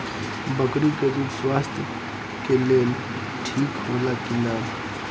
बकरी के दूध स्वास्थ्य के लेल ठीक होला कि ना?